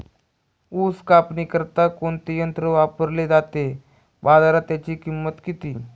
ऊस कापणीकरिता कोणते यंत्र वापरले जाते? बाजारात त्याची किंमत किती?